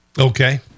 Okay